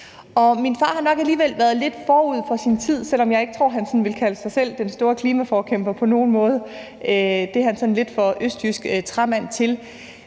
Min far har nok alligevel været lidt forud for sin tid, selv om jeg ikke tror han vil kalde sig selv for den store klimaforkæmper på nogen måde – det er han